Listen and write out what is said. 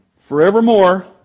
Forevermore